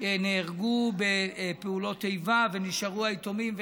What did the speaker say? נהרגו בפעולות איבה ונשארו היתומים.